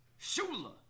Shula